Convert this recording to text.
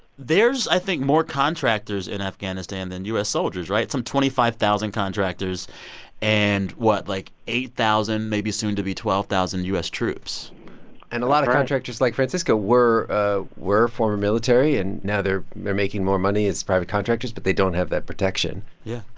there's, i think, more contractors in afghanistan than u s. soldiers right? some twenty five thousand contractors and what? like eight thousand maybe soon to be twelve thousand u s. troops that's right and a lot of contractors, like francisco, were ah were former military. and now they're they're making more money as private contractors. but they don't have that protection yeah.